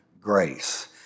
grace